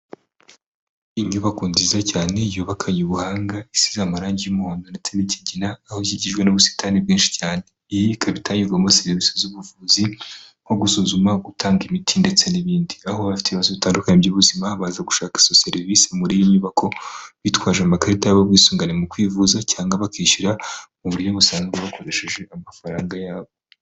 Inyubako nziza cyane yubakanye ubuhanga isize amarangi y'umuhondo ndetse n'ikigina aho ikikijwe n'ubusitani bwinshi cyane. Iyi ikaba itangirwamo serivisi z'ubuvuzi nko gusuzuma gutanga imiti ndetse n'ibindi aho abafite ibibazo bitandukanye by'ubuzima baza gushaka izo serivisi muri iyi nyubako bitwaje amakarita yabo y'ubwisungane mu kwivuza cyangwa bakishyura mu buryo busanzwe bakoresheje amafaranga yabo.